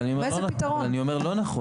אבל אני אומר שזה לא נכון,